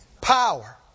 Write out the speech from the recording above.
Power